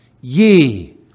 ye